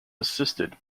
assisted